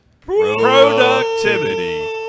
productivity